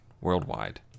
worldwide